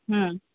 हम्म